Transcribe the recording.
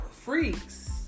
Freaks